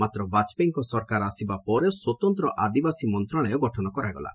ମାତ୍ର ବାଜପେୟୀଙ୍କ ସରକାର ଆସିବା ପରେ ସ୍ୱତନ୍ତ ଆଦିବାସୀ ମନ୍ତଶାଳୟ ଗଠନ କରାଗଲା